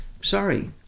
sorry